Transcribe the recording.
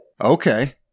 Okay